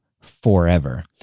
forever